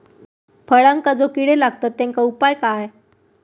फळांका जो किडे लागतत तेनका उपाय काय?